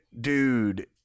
dude